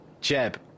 Jeb